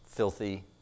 filthy